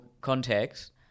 context